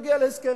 להגיע להסכם.